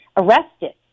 arrested